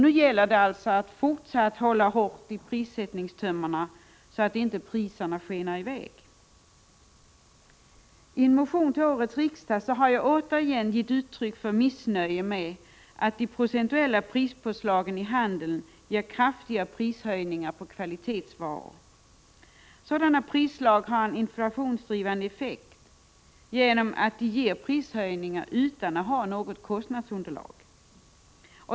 Nu gäller det att fortsätta att hålla hårt i prissättningstömmarna, så att inte priserna skenar i väg. I en motion till årets riksdag har jag återigen givit uttryck för missnöje med att de procentuella prispåslagen i handeln ger kraftiga prishöjningar på kvalitetsvaror. Sådana påslag har en inflationsdrivande effekt genom att de ger prishöjningar utan något motsvarande kostnadsunderlag.